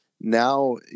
now